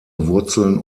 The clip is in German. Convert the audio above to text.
wurzeln